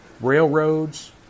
railroads